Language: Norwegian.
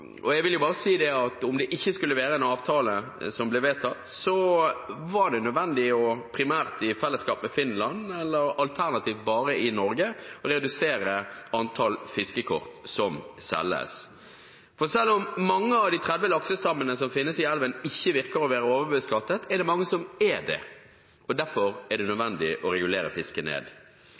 Jeg vil bare si at om en avtale ikke skulle bli vedtatt, er det nødvendig – primært i fellesskap med Finland, alternativt bare i Norge – å redusere antall fiskekort som selges. For selv om mange av de 30 laksestammene som finnes i elven, ikke virker å være overbeskattet, er det mange som er det. Derfor er det nødvendig å regulere fisket ned.